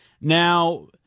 Now